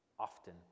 often